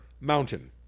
mountain